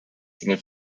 single